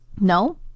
No